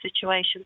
situation